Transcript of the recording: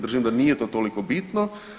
Držim da nije to toliko bitno.